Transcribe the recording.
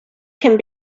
can